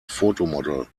fotomodell